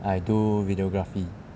I do videography